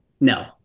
No